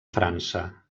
frança